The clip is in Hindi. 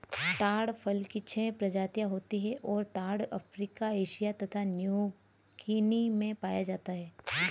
ताड़ फल की छह प्रजातियाँ होती हैं और ताड़ अफ्रीका एशिया तथा न्यूगीनी में पाया जाता है